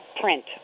print